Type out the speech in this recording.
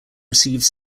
received